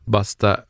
Basta